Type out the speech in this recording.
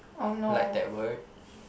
!oh no!